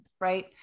right